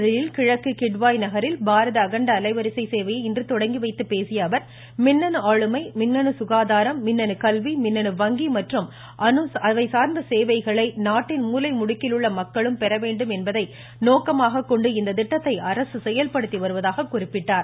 புதுதில்லி கிழக்கு கிட்வாய் நகரில் பாரத அகண்ட அலைவரிசை சேவையை இன்று தொடங்கி வைத்து பேசிய அவர் மின்னணு ஆளுமை மின்னணு சுகாதாரம் மின்னணு கல்வி மின்னணு வங்கி மற்றும் அதுசார்ந்த சேவைகளை நாட்டின் மூலைமுடுக்கில் உள்ள மக்களும் பெற வேண்டும் என்பதை நோக்கமாக கொண்டு இத்திட்டத்தை அரசு செயல்படுத்தி வருவதாக குறிப்பிட்டார்